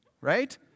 right